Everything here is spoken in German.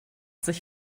sich